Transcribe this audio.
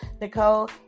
Nicole